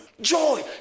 Joy